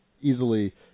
easily